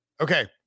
Okay